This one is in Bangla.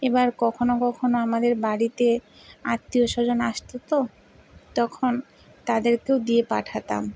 এবার কখনও কখনও আমাদের বাড়িতে আত্মীয় স্বজন আসতো তো তখন তাদেরকেও দিয়ে পাঠাতাম